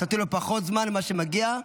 נתתי לו פחות זמן מאשר מגיע לו.